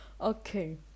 okay